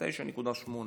9.8%,